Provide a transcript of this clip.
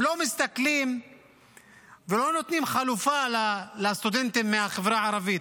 הם לא מסתכלים ולא נותנים חלופה לסטודנטים מהחברה הערבית.